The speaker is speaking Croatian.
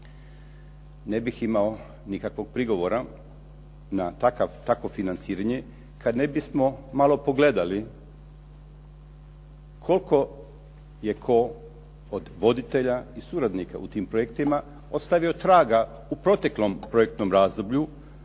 Ne bih imao nikakvog prigovora na takvo financiranje kad ne bismo malo pogledali koliko je tko od voditelja i suradnika u tim projektima ostavio traga u proteklom projektnom razdoblju,